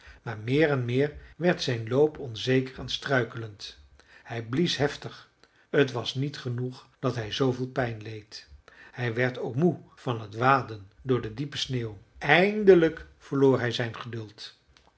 maar meer en meer werd zijn loop onzeker en struikelend hij blies heftig t was niet genoeg dat hij zooveel pijn leed hij werd ook moe van het waden door de diepe sneeuw eindelijk verloor hij zijn geduld